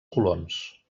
colons